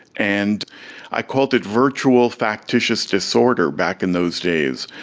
and i called it virtual factitious disorder back in those days.